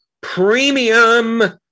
premium